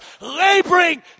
laboring